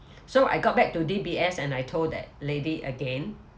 so I got back to D_B_S and I told that lady again